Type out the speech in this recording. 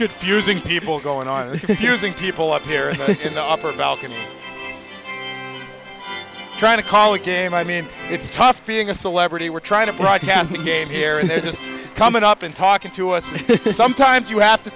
be using people going on using people up here in the upper balcony trying to call the game i mean it's tough being a celebrity we're trying to broadcast the game here and this is coming up and talking to us sometimes you have to